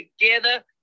together